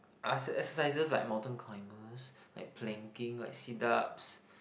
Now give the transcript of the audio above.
are exercises like mountain climbers like planking like sit ups